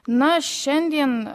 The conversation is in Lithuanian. na šiandien